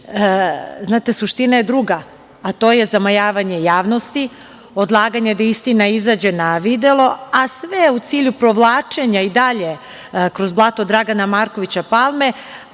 Znate, suština je druga, a to je zamajavanje javnosti, odlaganje da istina izađe na videlo, a sve u cilju provlačenja i dalje kroz blato Dragana Markovića Palme,